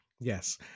Yes